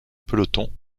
peloton